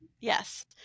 Yes